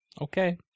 Okay